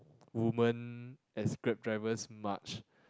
women as Grab drivers much